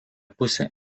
pusę